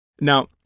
Now